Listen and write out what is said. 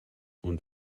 und